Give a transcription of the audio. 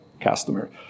customer